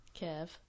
Kev